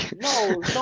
No